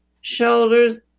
shoulders